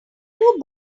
who